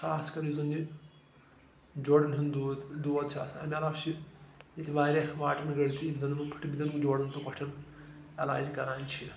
خاص کر یُس زَن یہِ جوڑَن ہُنٛد دود دود چھِ آسان امہِ علاوٕ چھِ ییٚتہِ واریاہ واٹن گڑۍ تہِ یِم زَن یِمَن پھٕٹمٕتٮ۪ن جوڑَن تہٕ کۄٹھٮ۪ن علاج کَران چھِ